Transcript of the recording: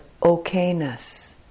okayness